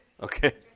Okay